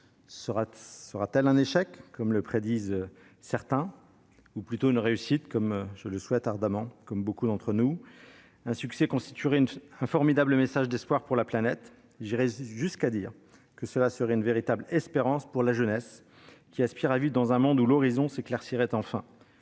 sera-t-elle un échec, comme le prédisent certains, ou plutôt une réussite, comme je le souhaite ardemment, avec beaucoup d'entre nous ? Un succès constituerait un formidable message d'espoir pour la planète ; j'irai jusqu'à dire que cela serait une véritable espérance pour la jeunesse, qui aspire à vivre dans un monde où l'horizon s'éclaircirait enfin.